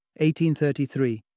1833